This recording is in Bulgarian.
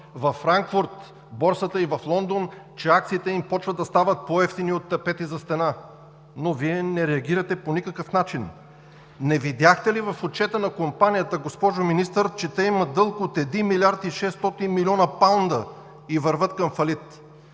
във Франкфурт и в Лондон, започват да стават по-евтини от тапети за стена, но Вие не реагирате по никакъв начин. Не видяхте ли в отчета на Компанията, госпожо Министър, че те имат дълг от 1 млрд. 600 млн. паунда и вървят към фалит?